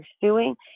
pursuing